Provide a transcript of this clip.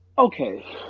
Okay